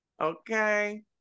Okay